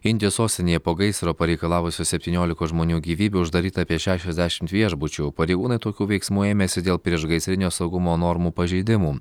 indijos sostinėje po gaisro pareikalavusio septyniolikos žmonių gyvybių uždaryta apie šešiasdešimt viešbučių pareigūnai tokių veiksmų ėmėsi dėl priešgaisrinio saugumo normų pažeidimų